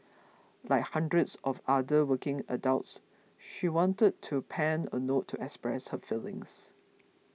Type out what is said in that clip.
like hundreds of other working adults she wanted to pen a note to express her feelings